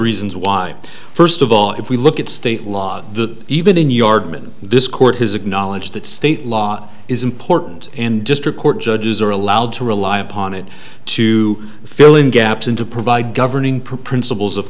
reasons why first of all if we look at state law that even in yardman this court has acknowledged that state law is important and district court judges are allowed to rely upon it to fill in gaps and to provide governing principles of